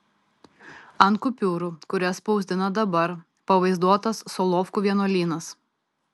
ant kupiūrų kurias spausdina dabar pavaizduotas solovkų vienuolynas